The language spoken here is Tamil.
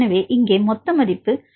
எனவே இங்கே மொத்த மதிப்பு 0